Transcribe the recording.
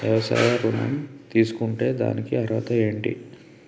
వ్యవసాయ ఋణం తీసుకుంటే దానికి అర్హతలు ఏంటి?